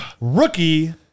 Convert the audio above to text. rookie